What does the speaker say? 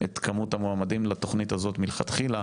את כמות המועמדים לתוכנית הזאת מלכתחילה.